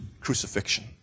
crucifixion